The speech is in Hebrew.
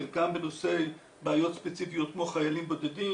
חלקן בנושא בעיות ספציפיות כמו חיילים בודדים